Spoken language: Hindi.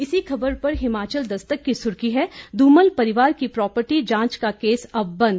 इसी खबर पर हिमाचल दस्तक की सुर्खी है धूमल परिवार की प्रॉपर्टी जांच का केस अब बंद